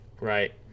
Right